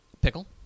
Pickle